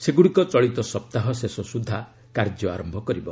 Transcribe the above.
ସେଗୁଡ଼ିକ ଚଳିତ ସପ୍ତାହ ଶେଷ ସୁଦ୍ଧା କାର୍ଯ୍ୟ ଆରମ୍ଭ କରିବ